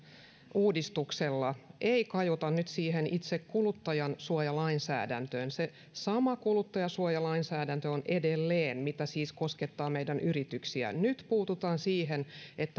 uudistuksella ei kajota nyt itse kuluttajansuojalainsäädäntöön se sama kuluttajansuojalainsäädäntö on edelleen mikä siis koskettaa meidän yrityksiä nyt puututaan siihen